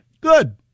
Good